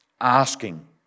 asking